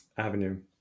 avenue